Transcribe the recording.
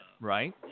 right